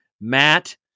Matt